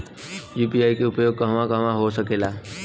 UPI के उपयोग कहवा कहवा हो सकेला?